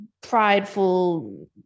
prideful